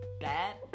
bad